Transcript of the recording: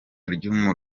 ry’u